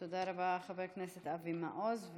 תודה רבה לחבר הכנסת אבי מעוז.